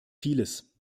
vieles